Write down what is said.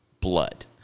blood